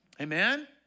amen